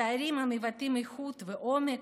בתארים המבטאים איכות ועומק,